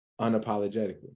unapologetically